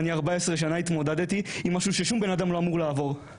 14 שנה התמודדתי עם משהו ששום בן אדם לא אמור לעבור.